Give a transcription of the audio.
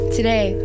Today